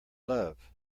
love